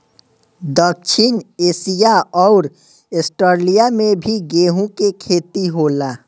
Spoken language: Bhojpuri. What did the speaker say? दक्षिण एशिया अउर आस्ट्रेलिया में भी गेंहू के खेती होला